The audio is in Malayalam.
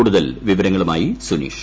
കൂടുതൽ വിവരങ്ങളുമായി സുനീഷ്